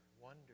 wonder